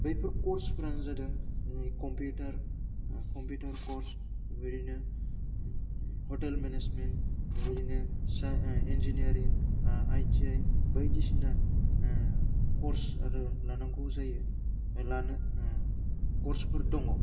बैफोर कर्सफ्रानो जादों कम्पिटार कम्पिटार कर्स बेफोरबायदिनो ह'टेल मेनेजमेन्ट बेबायदिनो साह इन्जिनियारिं आइटिआइ बायदिसिना कर्स आरो लानांगौ जायो लानो कर्सफोर दङ